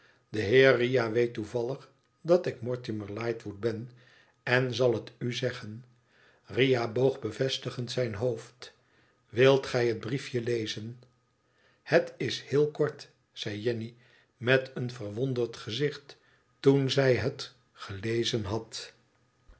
de heer riah weet toevallig dat ik mortimer lightwood ben en zal het u zeggen riah boog bevestigend zijn hoofd wilt gij het briefje lezen het is heel kort zei jenny met een verwonderd gezicht toen zij het gelezen had